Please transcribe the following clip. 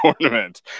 tournament